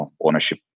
ownership